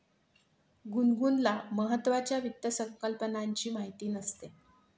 गुनगुनला महत्त्वाच्या वित्त संकल्पनांची माहिती नसते